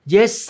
Yes